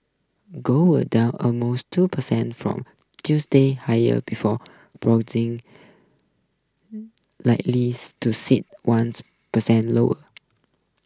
gold would down almost two percent from Tuesday's higher before lightly to sit one percent lower